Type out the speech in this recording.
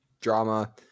drama